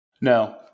No